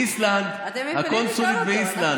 איסלנד, הקונסולית באיסלנד.